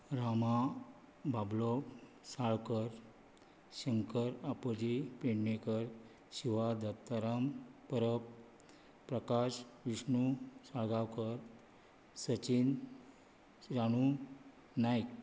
Rama Bablo Salkar Shankar Aboli Pednekar Shiva Dattaram Parab Prakash Vishnu Salgaonkar Sachin Ranu Naik